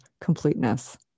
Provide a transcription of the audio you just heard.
completeness